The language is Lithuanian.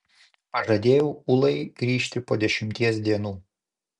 pažadėjau ulai grįžti po dešimties dienų